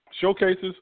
Showcases